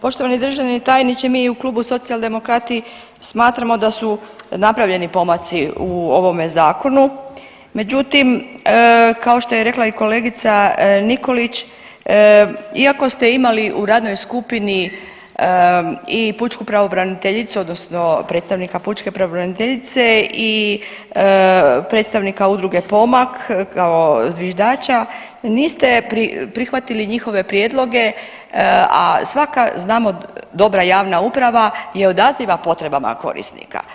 Poštovani državni tajniče mi i u Klubu Socijaldemokrati smatramo da su napravljeni pomaci u ovome zakonu, međutim kao što je rekla i kolegica Nikolić iako ste imali u radnoj skupini i pučku pravobraniteljicu odnosno predstavnika pučke pravobraniteljice i predstavnika Udruge Pomak kao zviždača, niste prihvatili njihove prijedloge, a svaka znamo dobra javna uprava je odaziva potrebama korisnika.